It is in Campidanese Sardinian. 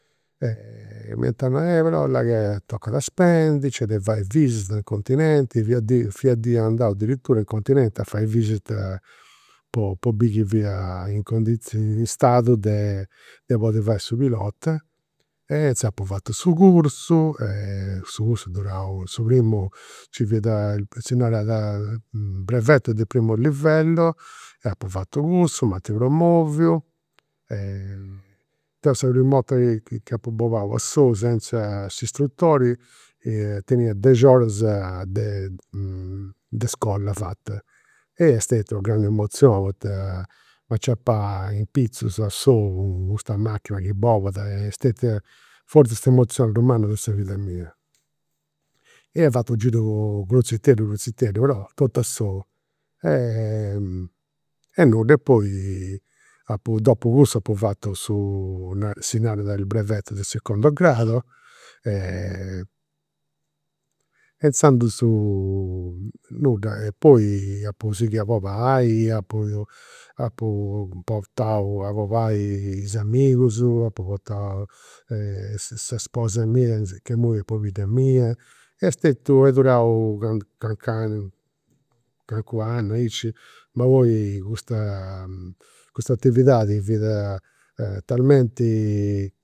M'iant nau, eh là che però tocat a spendi, nc'est de fai visitas in continenti. Fia di fia una dì andau po finzas in continenti a fai visita po biri chi fia in cundizioni in stadu de de podi fai su pilota. E apu fatu su cursu e su cursu est durau, su primu nci fiat, si narat breveto di primo livello. E apu fatu cussu, m'ant promoviu. Deu sa primu 'orta chi chi apu bolau a solu senza s'istrutori, tenia dexi oras de de iscola fata. Est stetia una grandu emozioni poita m'aciapà in pitzus, a solu, custa machina chi bolat. Est stetia forzis s'emozioni prus manna de sa vida mia. Ia fatu u' giru cruziteddu cruziteddu, però totu a solu. e nudda e poi apu, dopu su cursu apu fatu su, si narat il breveto di secondo grado, e inzandus nudda e poi apu a bolai. Apu apu portau a bolai is amigus, apu portau sa sposa mia ca imui est pobidda mia. Est stetiu, est durau cancu calincunu annu, aici, ma poi custa custa atividadi fiat talmenti